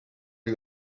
you